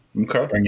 Okay